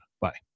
Bye